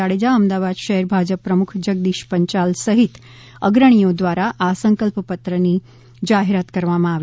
જાડેજા અમદાવાદ શહેર ભાજપ પ્રમુખ જગદીશ પંચાલ સહિત અગ્રણીઓ દ્વારા આ સંકલ્પ પત્રની જાહેરાત કરવામાં આવી